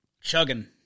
chugging